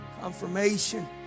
confirmation